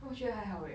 我觉得还好 eh